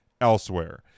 elsewhere